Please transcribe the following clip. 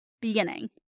beginning